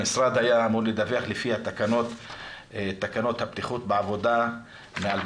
המשרד היה אמור לדווח לפי תקנות הבטיחות בעבודה ב-2019,